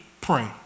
pray